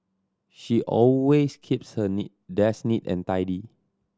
she always keeps her neat desk neat and tidy